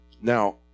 now